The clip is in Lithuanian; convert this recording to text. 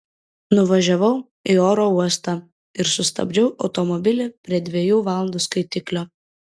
nuvažiavau į oro uostą ir sustabdžiau automobilį prie dviejų valandų skaitiklio